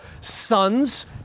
sons